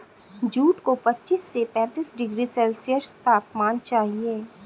jute को पच्चीस से पैंतीस डिग्री सेल्सियस तापमान चाहिए